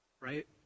Right